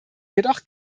jedoch